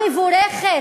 המבורכת,